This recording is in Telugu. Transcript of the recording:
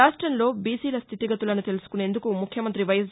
రాష్టంలో బీసీల స్టితిగతులను తెలుసుకునేందుకు ముఖ్యమంతి వైఎస్